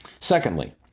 Secondly